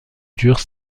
dure